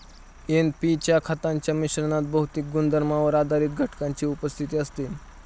NP च्या खतांच्या मिश्रणात भौतिक गुणधर्मांवर आधारित घटकांची उपस्थिती असते